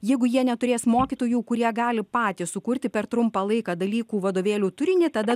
jeigu jie neturės mokytojų kurie gali patys sukurti per trumpą laiką dalykų vadovėlių turinį tada